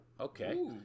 okay